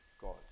God